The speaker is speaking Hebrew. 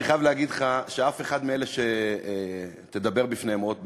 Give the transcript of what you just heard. אני חייב להגיד לך שאף אחד מאלה שתדבר בפניהם עוד מעט,